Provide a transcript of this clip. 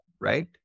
right